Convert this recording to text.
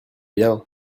bien